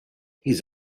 his